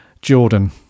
Jordan